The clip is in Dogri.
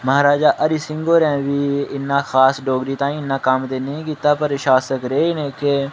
महाराजा हरि सिंह होरें बी इ'न्ना खास डोगरी ताहीं इ'न्ना कम्म ते नेईं कीता पर शासक रेह् न कि